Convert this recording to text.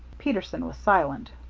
peterson was silent.